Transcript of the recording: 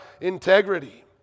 integrity